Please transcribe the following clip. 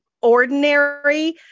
ordinary